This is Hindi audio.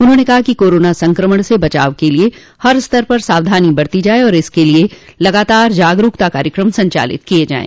उन्होंने कहा कि कोरोना संक्रमण से बचाव के लिये हर स्तर पर सावधानी बरती जाये और इसके लिये लगातार जागरूकता कार्यक्रम संचालित किये जाये